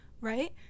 Right